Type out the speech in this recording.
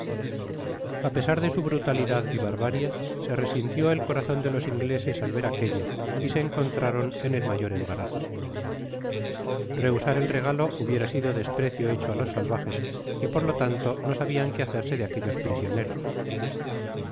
a pesar de su brutalidad y barhárie se resirlió el corazon de ios ingleses al ver aquello y se encontraron en el mayor emsarazo rehusar i r i ít hubiera sido desprecio hecho á los salvajes y por lo lauto no sabian qué hacerse de aquellos prisioneros